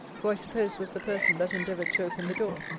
who i suppose was the person that endeavoured to open the door.